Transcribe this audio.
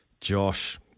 Josh